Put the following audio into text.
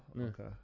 okay